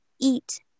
eat